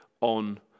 on